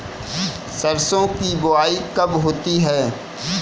सरसों की बुआई कब होती है?